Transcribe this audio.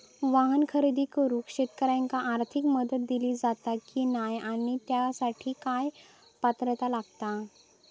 वाहन खरेदी करूक शेतकऱ्यांका आर्थिक मदत दिली जाता की नाय आणि त्यासाठी काय पात्रता लागता?